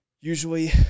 usually